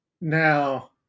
Now